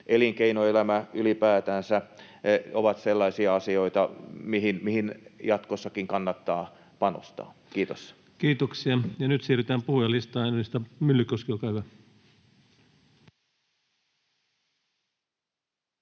elinkeinoelämä ylipäätänsä, ovat sellaisia asioita, mihin jatkossakin kannattaa panostaa. — Kiitos. Kiitoksia. — Ja nyt siirrytään puhujalistaan. — Edustaja Myllykoski, olkaa hyvä.